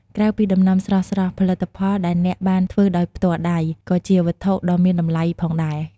ក្រៅពីដំណាំស្រស់ៗ ផលិតផលដែលអ្នកបានធ្វើដោយផ្ទាល់ដៃ ក៏ជាវត្ថុដ៏មានតម្លៃផងដែរ។